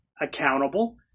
accountable